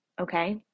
okay